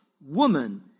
woman